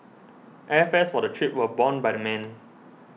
airfares for the trip were borne by the men